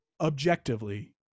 objectively